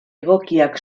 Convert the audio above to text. egokiak